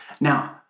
Now